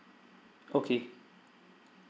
okay